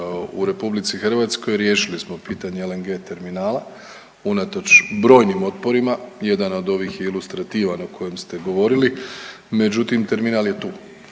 u RH riješili smo pitanje LNG terminala unatoč brojnim otporima, jedan od ovih je ilustrativan o kojem ste govorili, međutim terminal je tu,